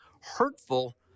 hurtful